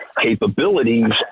capabilities